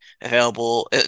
available